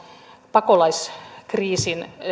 pakolaiskriisin